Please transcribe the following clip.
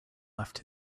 left